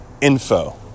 info